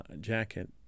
jacket